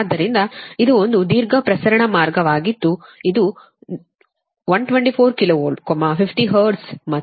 ಆದ್ದರಿಂದ ಇದು ಒಂದು ದೀರ್ಘ ಪ್ರಸರಣ ಮಾರ್ಗವಾಗಿದ್ದು ಇದು 124 KV 50 ಹರ್ಟ್ಜ್ ಮತ್ತು 0